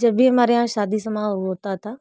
जब भी हमारे यहाँ शादी समारोह होता था